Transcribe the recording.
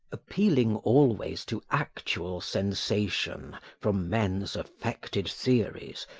appealing always to actual sensation from men's affected theories,